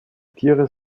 tiere